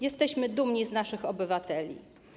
Jesteśmy dumni z naszych obywateli.